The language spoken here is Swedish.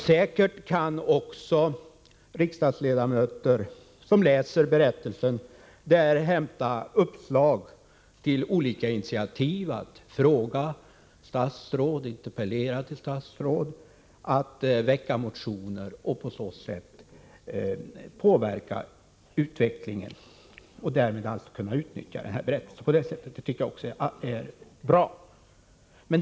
Säkert kan också riksdagsledamöter, som läser berättelsen, där hämta uppslag till olika initiativ; att ställa frågor och interpellationer till statsråd, att väcka motioner och på annat sätt påverka utvecklingen. Det tycker jag också är bra.